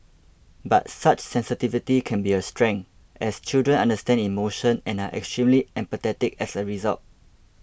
but such sensitivity can be a strength as children understand emotion and are extremely empathetic as a result